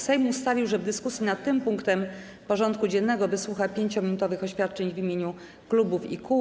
Sejm ustalił, że w dyskusji nad tym punktem porządku dziennego wysłucha 5-minutowych oświadczeń w imieniu klubów i kół.